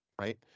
right